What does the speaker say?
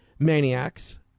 maniacs